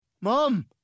Mom